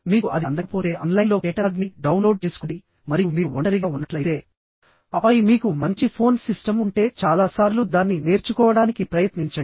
మీకు అది అందకపోతే ఆన్లైన్లో కేటలాగ్ని డౌన్లోడ్ చేసుకోండి మరియు మీరు ఒంటరిగా ఉన్నట్లయితేఆపై మీకు మంచి ఫోన్ సిస్టమ్ ఉంటే చాలా సార్లు దాన్ని నేర్చుకోవడానికి ప్రయత్నించండి